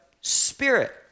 spirit